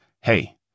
hey